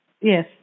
Yes